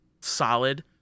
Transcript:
solid